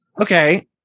Okay